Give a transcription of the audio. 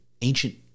ancient